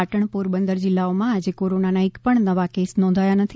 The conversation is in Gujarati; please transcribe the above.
પાટણ પોરબંદર જિલ્લાઓમાં આજે કોરોનાના એક પણ નવા કેસ નોંધાયા નથી